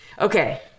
Okay